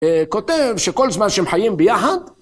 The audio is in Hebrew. כותב שכל זמן שהם חיים ביחד.